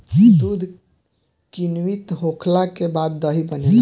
दूध किण्वित होखला के बाद दही बनेला